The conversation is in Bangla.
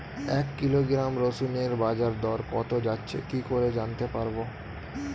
এক কিলোগ্রাম রসুনের বাজার দর কত যাচ্ছে কি করে জানতে পারবো?